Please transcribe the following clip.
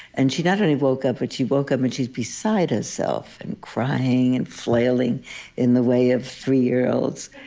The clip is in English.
and she not only woke up, but she woke up, and she's beside herself and crying and flailing in the way of three-year-olds.